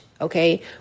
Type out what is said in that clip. Okay